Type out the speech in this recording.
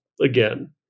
again